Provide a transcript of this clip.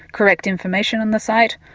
correct information on the site,